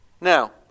Now